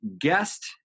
guest